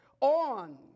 on